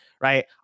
right